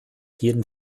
jeden